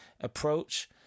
approach